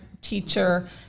teacher